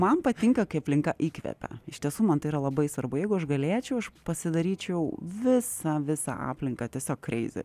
man patinka kai aplinka įkvepia iš tiesų man tai yra labai svarbu jeigu aš galėčiau aš pasidaryčiau visą visą aplinką tiesiog kreizi